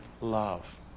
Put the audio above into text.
love